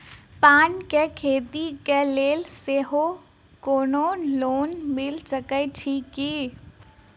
पान केँ खेती केँ लेल सेहो कोनो लोन मिल सकै छी की?